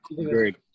Agreed